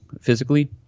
physically